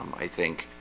um i think